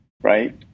right